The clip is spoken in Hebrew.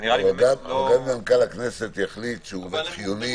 אם מנכ"ל הכנסת יחליט שהוא חיוני.